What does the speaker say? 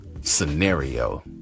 scenario